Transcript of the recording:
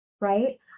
right